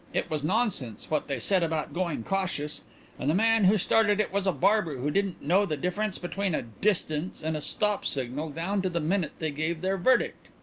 it was nonsense what they said about going cautious and the man who started it was a barber who didn't know the difference between a distance and a stop signal down to the minute they gave their verdict.